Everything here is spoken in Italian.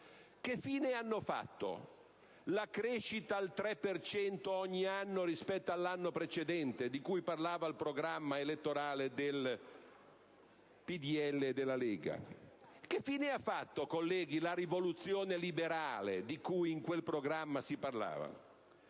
Che fine ha fatto la crescita al 3 per cento ogni anno rispetto all'anno precedente, di cui parlava il programma elettorale del PdL e della Lega? Che fine ha fatto, colleghi, la rivoluzione liberale di cui in quel programma si parlava?